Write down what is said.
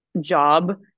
job